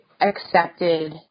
accepted